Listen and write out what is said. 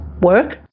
work